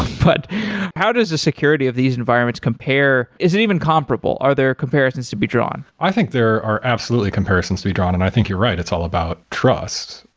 but how does the security of these environments compare? is it even comparable? are there comparisons to be drawn? i think there are absolutely comparisons to be drawn. and i think you're right. it's all about trust.